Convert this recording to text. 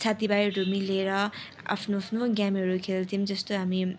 साथी भाइहरू मिलेर आफ्नो आफ्नो गेमहरू खेल्थ्यौँ जस्तै हामी